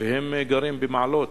והם גרים במעלות.